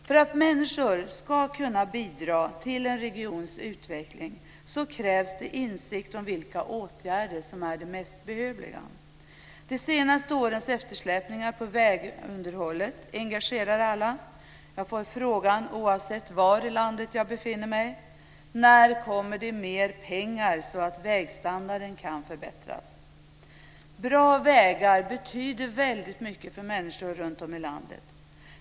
För att människor ska kunna bidra till en regions utveckling krävs det insikt om vilka åtgärder som är mest behövliga. De senaste årens eftersläpningar på vägunderhållet engagerar alla. Oavsett var i landet jag befinner mig får jag frågan: När kommer det mer pengar så att vägstandarden kan förbättras? Bra vägar betyder väldigt mycket för människor runtom i landet.